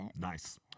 Nice